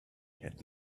had